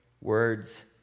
words